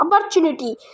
opportunity